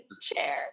chair